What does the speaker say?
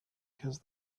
because